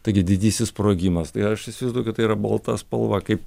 taigi didysis sprogimas tai aš įsivaizduoju kad tai yra balta spalva kaip